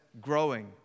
growing